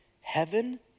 heaven